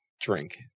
Drink